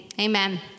amen